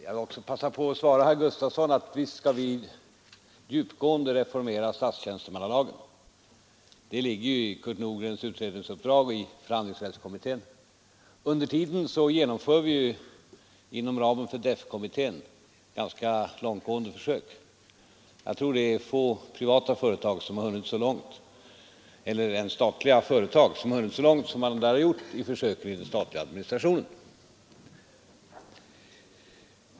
Jag vill också passa på att svara herr Gustafson i Göteborg att visst skall vi djupgående reformera statstjänstemannalagen — det ligger ju i Kurt Nordgrens utredningsuppdrag och i förhandlingsrättskommitténs arbete. Under tiden genomför vi inom ramen för DEFF-kommittén ganska långtgående försök. Jag tror det är få privata eller ens statliga företag som hunnit så långt som man där har gjort i försöken inom den Nr 99 statliga administrationen.